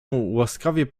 łaskawie